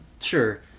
Sure